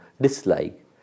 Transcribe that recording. dislike